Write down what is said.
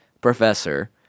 professor